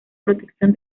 protección